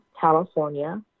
California